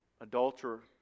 adulterer